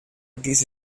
quise